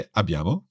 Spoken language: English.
abbiamo